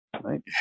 Right